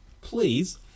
please